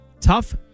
Tough